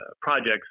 projects